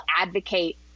advocate